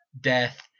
Death